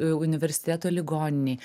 universiteto ligoninei